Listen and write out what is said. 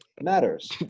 matters